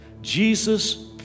Jesus